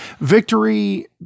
victory